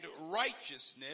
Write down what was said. righteousness